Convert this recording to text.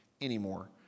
anymore